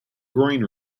groin